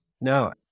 No